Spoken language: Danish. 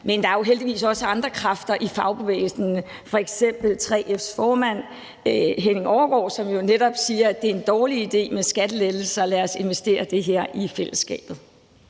Men der er jo heldigvis også andre kræfter i fagbevægelsen, f.eks. 3F's formand, Henning Overgaard, som jo netop siger, at det er en dårlig idé med skattelettelser; lad os investere det her i fællesskabet.